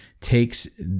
takes